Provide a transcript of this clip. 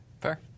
Fair